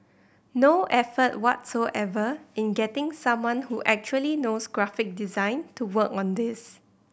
no effort whatsoever in getting someone who actually knows graphic design to work on this